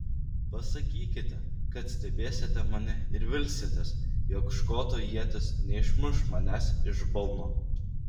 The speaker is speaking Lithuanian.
pasakykite kad stebėsite mane ir vilsitės jog škoto ietis neišmuš manęs iš balno